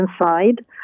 inside